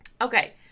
Okay